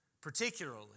particularly